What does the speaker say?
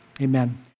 Amen